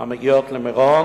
המגיעות למירון,